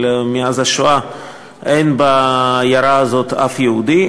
אבל מאז השואה אין בעיירה הזאת אף יהודי